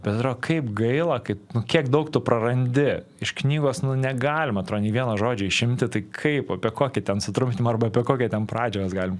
bet atrodo kaip gaila kai nu kiek daug tu prarandi iš knygos nu negalima man atrodo nei vieno žodžio išimti tai kaip apie kokį ten sutrumpinimą arba apie kokią ten pradžią mes galim